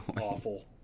awful